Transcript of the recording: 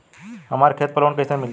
हमरा खेत पर लोन कैसे मिली?